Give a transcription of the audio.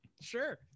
Sure